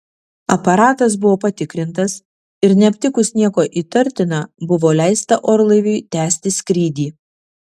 aparatas buvo patikrintas ir neaptikus nieko įtartina buvo leista orlaiviui tęsti skrydį